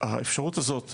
שהאפשרות הזאת,